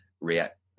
react